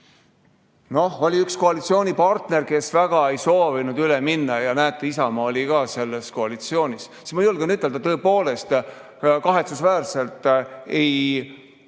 oli üks koalitsioonipartner, kes väga ei soovinud üle minna. Isamaa oli ka selles koalitsioonis ja ma julgen ütelda, et tõepoolest kahetsusväärselt ei